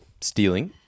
Stealing